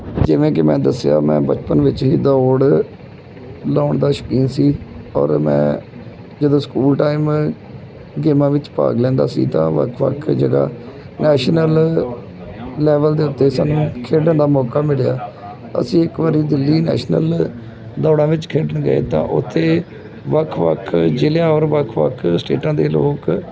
ਜਿਵੇਂ ਕਿ ਮੈਂ ਦੱਸਿਆ ਮੈਂ ਬਚਪਨ ਵਿੱਚ ਹੀ ਦੌੜ ਲਾਉਣ ਦਾ ਸ਼ੌਕੀਨ ਸੀ ਔਰ ਮੈਂ ਜਦੋਂ ਸਕੂਲ ਟਾਈਮ ਗੇਮਾਂ ਵਿੱਚ ਭਾਗ ਲੈਂਦਾ ਸੀ ਤਾਂ ਵੱਖ ਵੱਖ ਜਗ੍ਹਾ ਨੈਸ਼ਨਲ ਲੈਵਲ ਦੇ ਉੱਤੇ ਸਾਨੂੰ ਖੇਡਣ ਦਾ ਮੌਕਾ ਮਿਲਿਆ ਅਸੀਂ ਇੱਕ ਵਾਰੀ ਦਿੱਲੀ ਨੈਸ਼ਨਲ ਦੌੜਾਂ ਵਿੱਚ ਖੇਡਣ ਗਏ ਤਾਂ ਉੱਥੇ ਵੱਖ ਵੱਖ ਜ਼ਿਲ੍ਹਿਆ ਔਰ ਵੱਖ ਵੱਖ ਸਟੇਟਾਂ ਦੇ ਲੋਕ